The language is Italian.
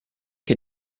che